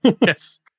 Yes